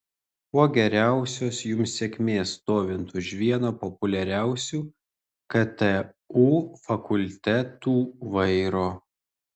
kuo geriausios jums sėkmės stovint už vieno populiariausių ktu fakultetų vairo